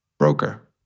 broker